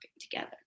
together